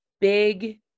big